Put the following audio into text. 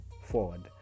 forward